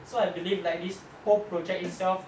so I believe like this whole project itself